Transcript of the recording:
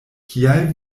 kial